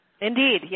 Indeed